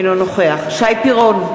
אינו נוכח שי פירון,